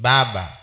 Baba